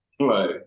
right